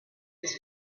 his